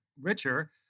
richer